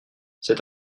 cet